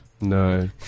no